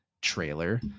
trailer